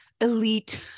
elite